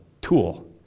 tool